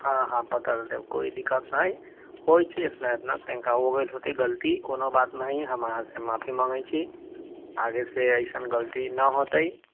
हॅं हॅं बदल देब कोई दिक्कत न हय होई छै एतना एतना तनिका हो गेल होतै गलती कोनो बात न हय हम अहाँके माफी माँगै छी आगे से ऐसन गलती ना होतै